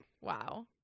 Wow